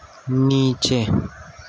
نیچے